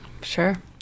Sure